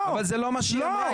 לא, לא --- אבל זה לא מה שהיא אמרה.